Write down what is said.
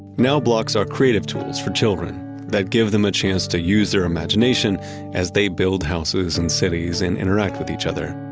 now blocks are creative tools for children that give them a chance to use their imagination as they build houses and cities and interact with each other.